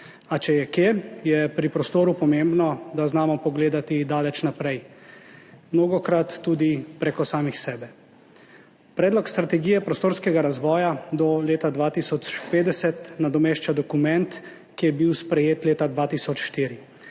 A če je kje, je pri prostoru pomembno, da znamo pogledati daleč naprej, mnogokrat tudi preko samih sebe. Predlog strategije prostorskega razvoja do leta 2050 nadomešča dokument, ki je bil sprejet leta 2004.